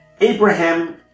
Abraham